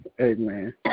Amen